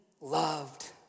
loved